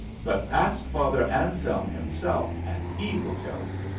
but ask father anselm himself, and he will tell you.